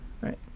Right